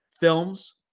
films